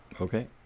Okay